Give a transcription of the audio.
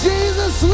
Jesus